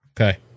Okay